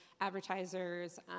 advertisers